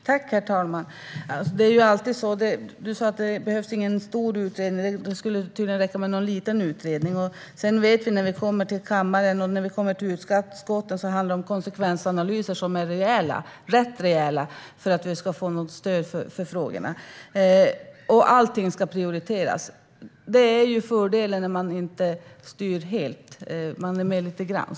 Herr talman! Daniel Sestrajcic säger att det inte skulle behövas någon stor utredning utan att det skulle räcka med en liten. Men vi vet att när vi kommer till skatteutskottet och kammaren krävs det konsekvensanalyser som är rätt rejäla för att vi ska få något stöd för frågorna. Och allting ska prioriteras. Det är ju fördelen när man inte styr helt. Man är med lite grann.